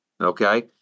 okay